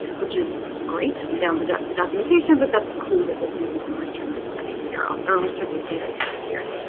which is great i can download the documentation but that's a clue that there's going to be some restricted studies here or or restricted data sets here